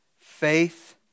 faith